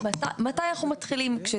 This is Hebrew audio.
מתי אנחנו מתחילים.